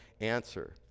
answer